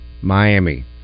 Miami